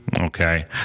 Okay